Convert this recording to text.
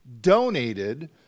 donated